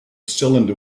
cylinder